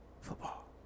Football